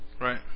right